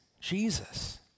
Jesus